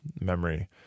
memory